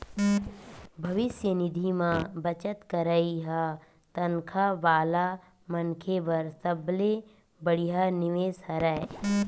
भविस्य निधि म बचत करई ह तनखा वाला मनखे बर सबले बड़िहा निवेस हरय